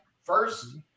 first